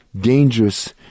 dangerous